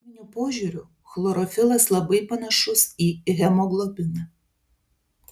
cheminiu požiūriu chlorofilas labai panašus į hemoglobiną